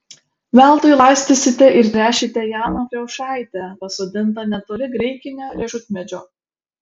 veltui laistysite ir tręšite jauną kriaušaitę pasodintą netoli graikinio riešutmedžio